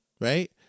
right